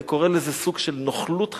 אני קורא לזה סוג של נוכלות חברתית.